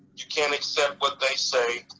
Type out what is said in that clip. you can't accept what they say,